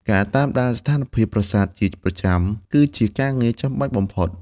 ការតាមដានស្ថានភាពប្រាសាទជាប្រចាំ គឺជាការងារចាំបាច់បំផុត។